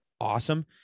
awesome